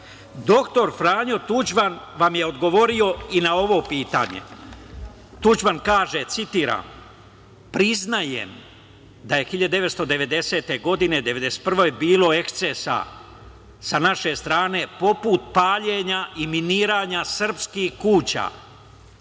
doktor Franjo Tuđman, vam je odgovorio i na ovo pitanje. Tuđman kaže, a ja citiram – priznajem da je 1990. godine, 1991. godine, bilo ekscesa sa naše strane poput paljenja i miniranja srpskih kuća,